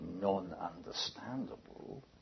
non-understandable